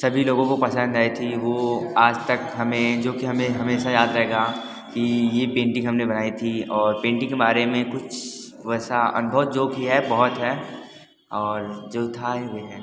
सभी लोगों को पसंद आई थी वो आज तक हमें जो कि हमें हमेशा याद रहेगा कि ये पेंटिंग हमने बनाई थी और पेंटिंग के बारे में कुछ वैसा अनुभव जो की है बहुत है और जो था